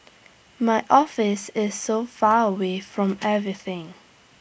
my office is so far away from everything